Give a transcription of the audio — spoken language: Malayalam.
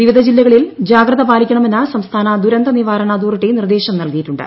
വിവിധ ജില്ലകളിൽ ജാഗ്രത പാലിക്കണമെന്ന് സംസ്ഥാന ദുരന്ത നിവാരണ അതോറിട്ടി നിർദ്ദേശം നൽകിയിട്ടുണ്ട്